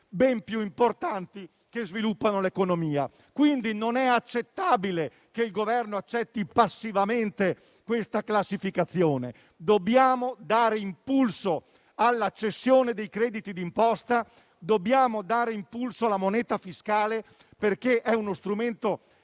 ben più importanti, che sviluppano l'economia. Non è quindi ammissibile che il Governo accetti passivamente questa classificazione. Dobbiamo dare impulso alla cessione dei crediti di imposta; dobbiamo dare impulso alla moneta fiscale, perché è uno strumento